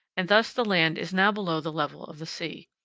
and thus the land is now below the level of the sea.